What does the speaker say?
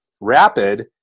Rapid